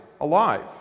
alive